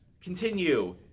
continue